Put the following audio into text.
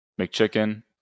mcchicken